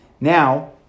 Now